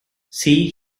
see